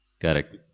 Correct